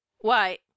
Why